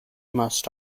must